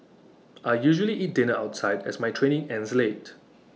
I usually eat dinner outside as my training ends late